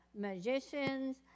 magicians